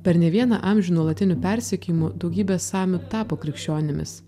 per ne vieną amžių nuolatinių persekiojimų daugybė samių tapo krikščionimis